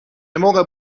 موقع